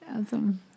Awesome